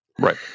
Right